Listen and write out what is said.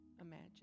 Imagine